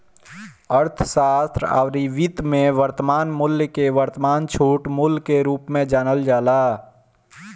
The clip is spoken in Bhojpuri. अर्थशास्त्र अउरी वित्त में वर्तमान मूल्य के वर्तमान छूट मूल्य के रूप में जानल जाला